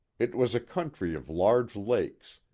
it was a country of large lakes,